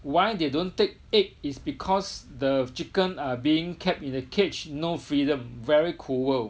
why they don't take egg is because the chicken are being kept in a cage no freedom very cruel